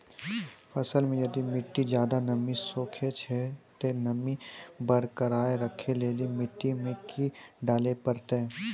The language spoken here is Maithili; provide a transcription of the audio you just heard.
फसल मे यदि मिट्टी ज्यादा नमी सोखे छै ते नमी बरकरार रखे लेली मिट्टी मे की डाले परतै?